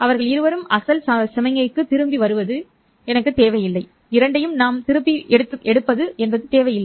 அவர்கள் இருவரும் அசல் சமிக்ஞைக்குத் திரும்பி வருவது எனக்குத் தேவையில்லை